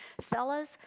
fellas